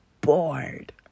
bored